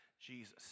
Jesus